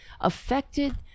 affected